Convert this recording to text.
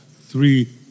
three